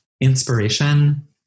inspiration